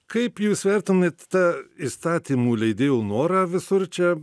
kaip jūs vertinat tą įstatymų leidėjų norą visur čia